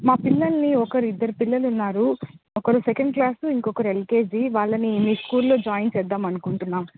మా పిల్లల్ని ఒకరిద్దరు పిల్లలున్నారు ఒకరు సెకండ్ క్లాసు ఇంకొకరు ఎల్కేజీ వాళ్ళని మీ స్కూల్లో జాయిన్ చేద్దామనుకుంటున్నాము